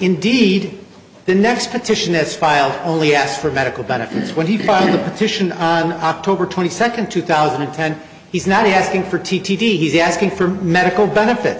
indeed the next petition is filed only asked for medical benefits when he finds a petition october twenty second two thousand and ten he's not asking for t t d he's asking for medical benefits